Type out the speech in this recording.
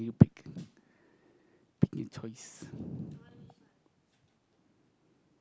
let you pick